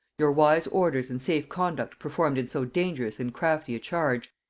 your wise orders and safe conduct performed in so dangerous and crafty a charge,